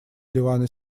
ливана